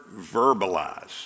verbalize